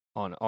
on